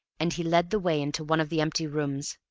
and he led the way into one of the empty rooms.